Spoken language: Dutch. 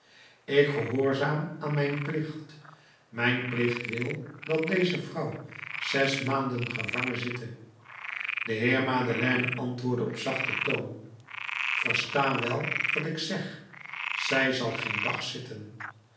ik gehoorzaam aan mijn plicht mijn plicht wil dat deze vrouw zes maanden gevangen zitte de heer madeleine antwoordde op zachten toon versta wel wat ik zeg zij zal geen dag zitten